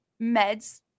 meds